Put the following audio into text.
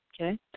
Okay